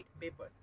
paper